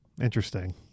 interesting